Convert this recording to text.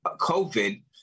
COVID